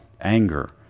anger